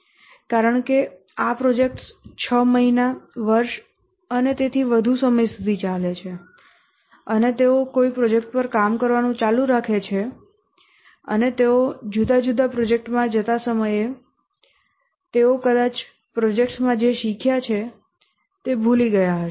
કારણ કે આ પ્રોજેક્ટ્સ 6 મહિના વર્ષ અને તેથી વધુ સમય સુધી ચાલે છે અને તેઓ કોઈ પ્રોજેક્ટ પર કામ કરવાનું ચાલુ રાખે છે અને તેઓ જુદા જુદા પ્રોજેક્ટમાં જતા સમયે તેઓ કદાચ પ્રોજેક્ટમાં જે શીખ્યા છે તે ભૂલી ગયા હશે